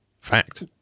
fact